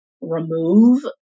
remove